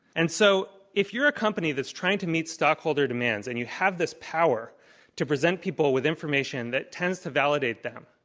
and so if you're a company that's trying to meet stockholder demands and you have this power to present people with information that tends to validate them,